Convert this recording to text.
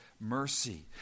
mercy